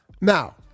Now